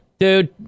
Dude